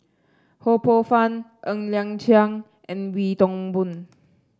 Ho Poh Fun Ng Liang Chiang and Wee Toon Boon